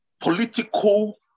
political